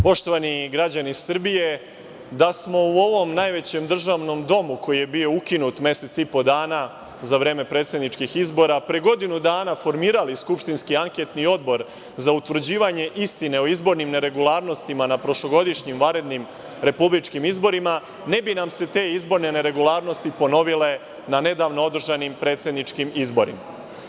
Poštovani građani Srbije, da smo u ovom najvećem državnom domu, koji je bio ukinut mesec i po dana za vreme predsedničkih izbora, pre godinu dana formirali skupštinski anketni odbor za utvrđivanje istine o izbornim neregluarnostima na prošlogodišnjim vanrednim republičkim izborima, ne bi nam se te izborne neregluarnosti ponovile na nedavno održanim predsedničkim izborima.